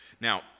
Now